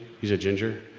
he's a ginger,